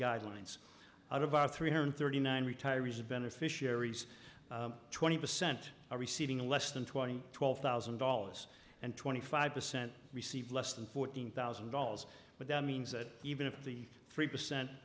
guidelines out of our three hundred thirty nine retirees the beneficiaries twenty percent are receiving less than twenty twelve thousand dollars and twenty five percent receive less than fourteen thousand dollars but that means that even if the three percent